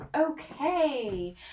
Okay